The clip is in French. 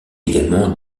également